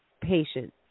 patient